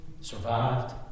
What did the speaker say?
survived